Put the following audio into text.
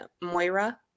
moira